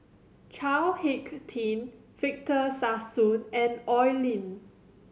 Chao Hick Tin Victor Sassoon and Oi Lin